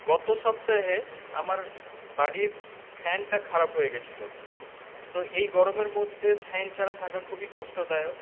গত সপ্তাহে আমার বাড়ির ফ্যানটা খারাপ হয়ে গিয়েছিলো তো এই গরমের মধ্যে ফ্যান ছাড়া থাকা খুবই কষ্টদায়ক